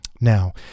Now